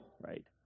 right